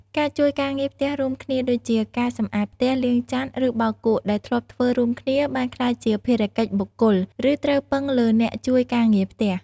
ការជួយការងារផ្ទះរួមគ្នា ដូចជាការសម្អាតផ្ទះ លាងចាន ឬបោកគក់ ដែលធ្លាប់ធ្វើរួមគ្នា បានក្លាយជាភារកិច្ចបុគ្គល ឬត្រូវពឹងលើអ្នកជួយការងារផ្ទះ។